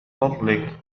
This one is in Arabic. فضلك